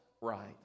right